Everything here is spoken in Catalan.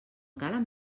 calen